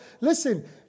Listen